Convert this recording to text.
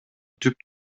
түп